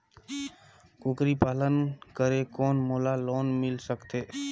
कूकरी पालन करे कौन मोला लोन मिल सकथे?